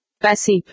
Passive